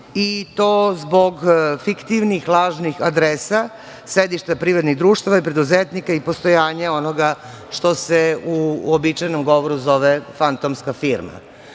i to zbog fiktivnih lažnih adresa sedišta privrednih društava i preduzetnika i postojanja onoga što se u uobičajenom govoru zove fantomska firma. Da